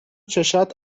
چشات